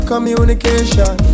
communication